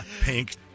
pink